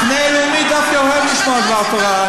המחנה הלאומי דווקא אוהב לשמוע דבר תורה.